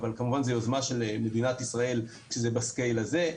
אבל כמובן שזו יוזמה של מדינת ישראל כשזה בקנה המידה הזה,